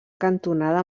cantonada